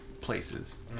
places